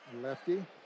Lefty